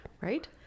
right